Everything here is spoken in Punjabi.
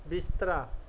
ਬਿਸਤਰਾ